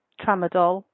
tramadol